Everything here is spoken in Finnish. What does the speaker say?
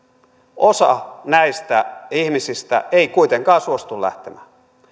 osa näistä ihmisistä ei kuitenkaan suostu lähtemään